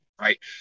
right